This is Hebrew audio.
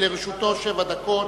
לרשותו שבע דקות.